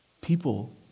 People